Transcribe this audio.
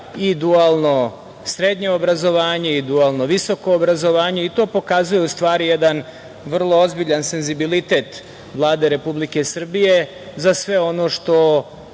i dualno srednje obrazovanje i dualno visoko obrazovanje. To pokazuje u stvari jedan vrlo ozbiljan senzibilitet Vlade Republike Srbije za sve ono što